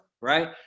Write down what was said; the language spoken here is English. right